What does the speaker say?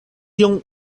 tiun